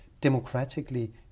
democratically